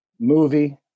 movie